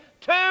two